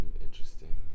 interesting